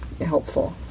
helpful